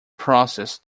process